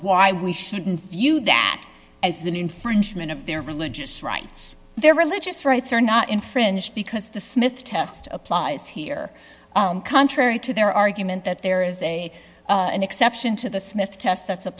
why we shouldn't view that as an infringement of their religious rights their religious rights are not infringed because the smith test applies here contrary to their argument that there is a an exception to the sniff test that's a